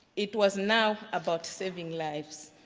it was now about saving lives.